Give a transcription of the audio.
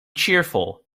cheerful